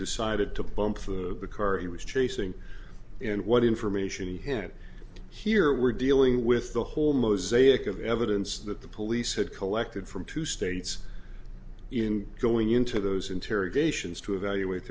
decided to bump the courier was tracing in what information any hint here we're dealing with the whole mosaic of evidence that the police had collected from two states in going into those interrogations to evaluate